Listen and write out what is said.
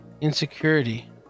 insecurity